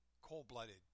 cold-blooded